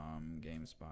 Gamespot